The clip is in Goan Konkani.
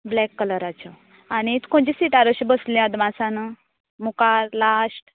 ब्लॅक कलराचो आनीत खंयचे सिटार अशें बसलें अदमासान मुखार लाश्ट